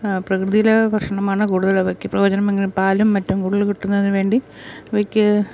പ്രകൃതിയിലെ ഭക്ഷണമാണ് കൂടുതലവയ്ക്ക് പ്രയോജനമെങ്കിൽ പാലും മറ്റും കൂടുതല് കിട്ടുന്നതിന് വേണ്ടി അവയ്ക്ക്